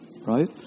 right